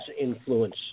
influence